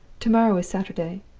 to-morrow is saturday.